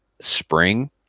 spring